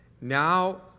Now